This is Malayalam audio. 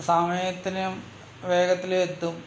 സമയത്തിനും വേഗത്തിൽ എത്തും